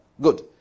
Good